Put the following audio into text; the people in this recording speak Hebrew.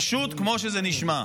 פשוט כמו שזה נשמע.